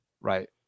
Right